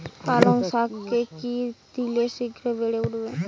পালং শাকে কি দিলে শিঘ্র বেড়ে উঠবে?